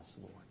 Lord